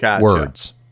words